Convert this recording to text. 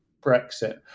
Brexit